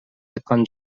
айткан